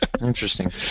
Interesting